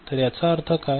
तर याचा अर्थ काय